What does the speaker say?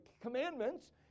commandments